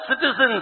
citizens